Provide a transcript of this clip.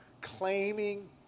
claiming